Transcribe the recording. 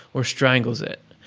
or strangles it.